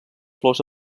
flors